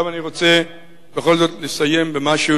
עכשיו אני רוצה בכל זאת לסיים במשהו